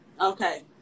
Okay